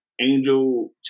Angel